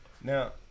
Now